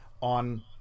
on